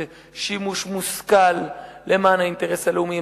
בכסף הזה שימוש מושכל למען האינטרס הלאומי,